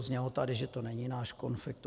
Znělo tady, že to není náš konflikt.